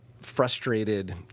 frustrated